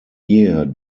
year